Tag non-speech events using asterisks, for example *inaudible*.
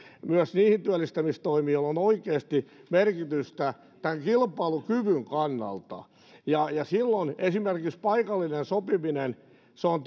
myös niihin työllistämistoimiin joilla on oikeasti merkitystä kilpailukyvyn kannalta silloin esimerkiksi paikallinen sopiminen on *unintelligible*